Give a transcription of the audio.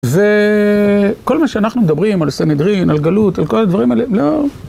וכל מה שאנחנו מדברים על סנדרין, על גלות, על כל הדברים האלה, לא...